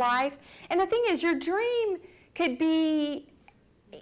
life and the thing is your dream could be